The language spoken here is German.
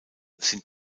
sind